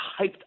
hyped